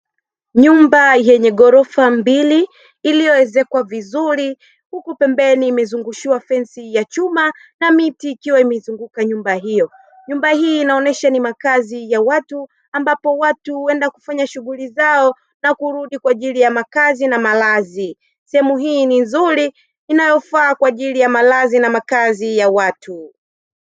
Nyumba yenye ghorofa mbili iliyoezekwa vizuri, huku pembeni imezungushiwa fensi ya chuma, na miti ikiwa imeizunguka nyumba hiyo. Nyumba hii inaonyesha ni makazi ya watu ambapo watu huenda kufanya shughuli zao na kurudi kwa ajili ya makazi na malazi. Sehemu hii ni nzuri inayofaa kwa ajili ya malazi na makazi ya watu.